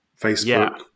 Facebook